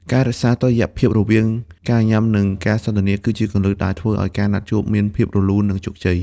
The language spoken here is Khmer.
ការរក្សាតុល្យភាពរវាងការញ៉ាំ និងការសន្ទនា គឺជាគន្លឹះដែលធ្វើឱ្យការណាត់ជួបមានភាពរលូន និងជោគជ័យ។